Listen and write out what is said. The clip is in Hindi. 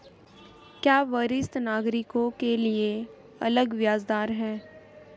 क्या वरिष्ठ नागरिकों के लिए अलग ब्याज दर है?